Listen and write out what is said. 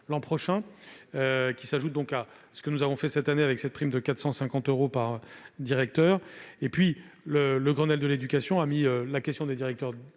l'an prochain, qui s'ajoute à ce que nous avons fait cette année, avec cette prime de 450 euros par directeur. Enfin, le Grenelle de l'éducation a mis cette question en son centre.